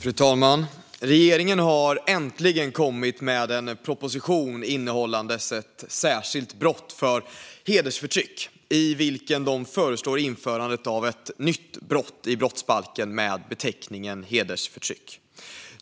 Fru talman! Regeringen har äntligen kommit med en proposition innehållande ett särskilt brott för hedersförtryck. Man föreslår där ett införande av ett nytt brott i brottsbalken med beteckningen hedersförtryck.